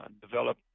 Develop